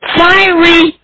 fiery